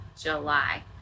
July